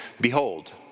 behold